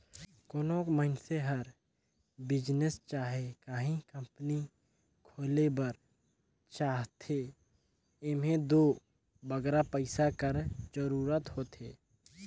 कोनो मइनसे हर बिजनेस चहे काहीं कंपनी खोले बर चाहथे एम्हें दो बगरा पइसा कर जरूरत होथे